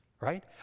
right